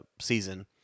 season